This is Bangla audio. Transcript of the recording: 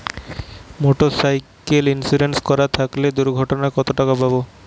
মোটরসাইকেল ইন্সুরেন্স করা থাকলে দুঃঘটনায় কতটাকা পাব?